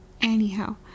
Anyhow